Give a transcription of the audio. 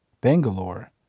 Bangalore